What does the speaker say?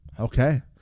Okay